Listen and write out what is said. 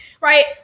right